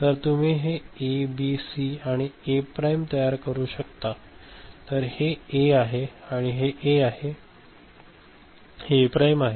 तर तुम्ही हे ए बी सी आणि ए प्राइम तयार करू शकता तर हे ए आहे आणि हे ए प्राइम आहे